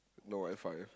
no WiFi